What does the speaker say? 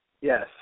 Yes